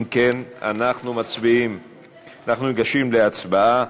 אם כן, אנחנו ניגשים להצבעה.